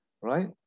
right